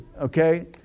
Okay